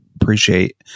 appreciate